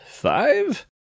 Five